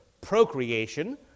procreation